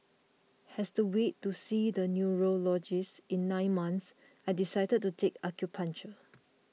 as the wait to see the neurologist in nine months I decided to take acupuncture